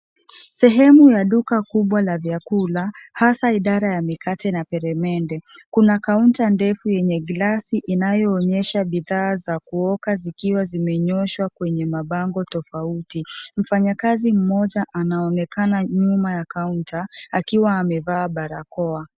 Sehemu ya duka kubwa la vyakula, hasa idara ya mikate na peremende. Kuna kaunta ndefu yenye glasi inayoonyesha bidhaa za kuoka zikiwa zimenyooshwa kwenye mabango tofauti. Mfanyakazi mmoja anaonekana nyuma ya kaunta, akiwa amevaa barakoa.